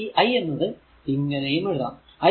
അപ്പോൾ ഈ i എന്നത് ഇങ്ങനെയും എഴുതാം